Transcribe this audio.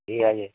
ঠিক আছে